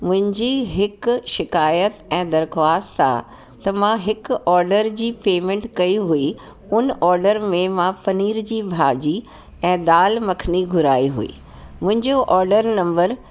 मुंहिंजी हिकु शिकाइतु ऐं दरख्वास्तु आहे त मां हिकु ऑडर जी पेमेंट कई हुई उन ऑडर में मां पनीर जी भाॼी ऐं दालि मखनी घुराई हुई मुंहिजो ऑडर नंबर